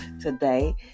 today